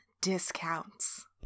discounts